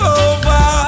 over